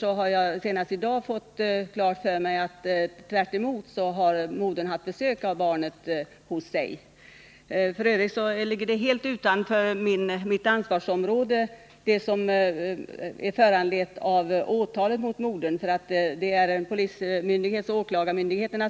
Jag har emellertid i dag fått veta att modern har haft barnet hos sig. Fallet ligger f. ö. helt utanför mitt ansvarsområde — åtalet mot modern är ett fall för polisoch åklagarmyndigheterna.